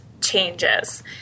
changes